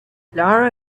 lara